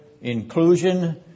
inclusion